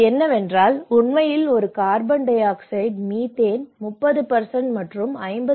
அது என்னவென்றால் உண்மையில் இந்த கார்பன் டை ஆக்சைடு மீத்தேன் 30 மற்றும் 54